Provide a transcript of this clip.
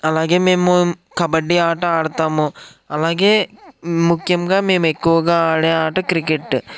అలాగే మేము కబడ్డీ ఆట ఆడతాము అలాగే ముఖ్యంగా మేమెక్కువగా ఆడే ఆట క్రికెట్టు